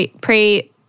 Pray